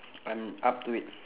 I'm up to it